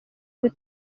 gute